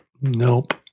Nope